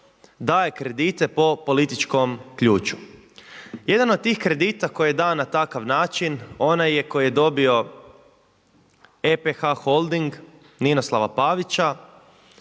daje kredite po političkom ključu. Jedan od tih kredita koji je dan na takav način onaj je koji je dobio EPH Holding Ninoslava Pavića,